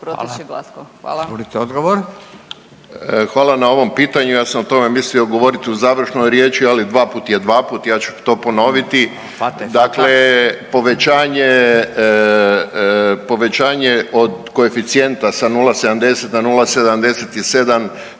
Hvala na ovom pitanju, ja sam o tome mislio govorit u završnoj riječi, ali dvaput je dvaput i ja ću to ponoviti. Dakle, povećanje, povećanje od koeficijenta sa 0,70 na 0,77